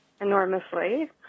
enormously